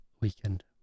weekend